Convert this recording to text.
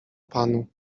panu